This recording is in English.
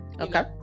Okay